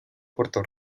puerto